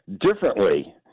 Differently